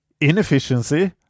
inefficiency